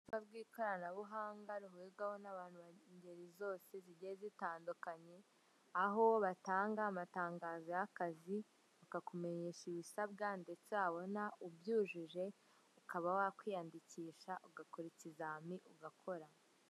Urubuga rw'ikoranabuhanga ruhurirwaho n'abantu ingeri zose zigiye zitandukanye, aho batanga amatangazo y'akazi, bakakumenyesha ibisabwa ndetse wabona ubyujuje, ukaba wakwiyandikisha, ugakora ikizamini, ugakora.